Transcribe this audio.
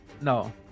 No